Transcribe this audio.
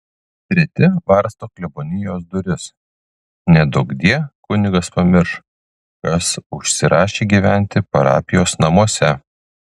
treti varsto klebonijos duris neduokdie kunigas pamirš kas užsirašė gyventi parapijos namuose